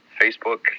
Facebook